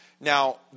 Now